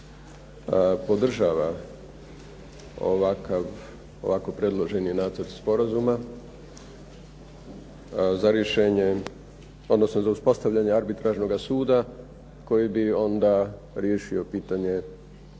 podržava ovakav predloženi nacrt sporazuma za rješenje, odnosno za uspostavljanje arbitražnoga suda koji bi onda riješio pitanje,